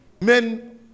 men